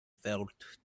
failed